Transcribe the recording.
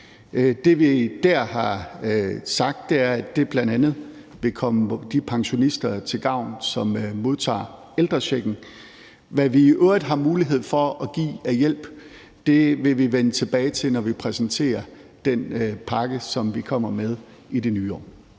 Det, vi der har sagt, er, at det bl.a. vil komme de pensionister, som modtager ældrechecken, til gavn. Hvad vi i øvrigt har mulighed for at give af hjælp, vil vi vende tilbage til, når vi præsenterer den pakke, som vi kommer med i det nye år.